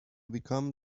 become